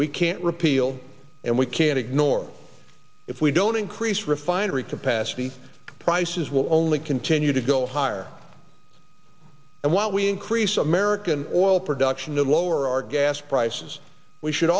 we can't repeal and we can't ignore if we don't increase refinery capacity prices will only continue to go higher and while we increase american oil production to lower our gas prices we should